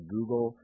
Google